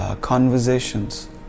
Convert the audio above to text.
conversations